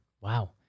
Wow